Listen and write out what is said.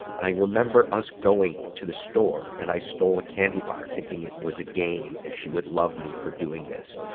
i remember us going to the store, and i stole a candy bar, thinking it was a game and she would love me for doing this.